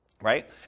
right